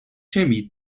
chemie